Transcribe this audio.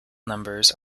numbers